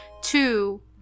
two